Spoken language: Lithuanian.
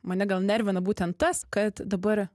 mane gal nervina būtent tas kad dabar